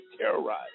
terrorize